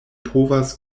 povas